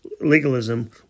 Legalism